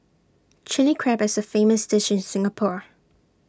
Chilli Crab is A famous dish in Singapore